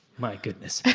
my goodness.